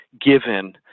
given